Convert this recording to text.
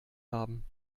haben